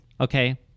Okay